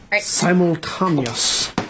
Simultaneous